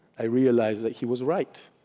i realized that he was right.